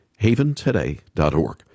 HavenToday.org